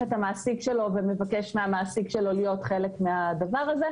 את המעסיק שלו ומבקש מהמעסיק להיות חלק מהדבר הזה,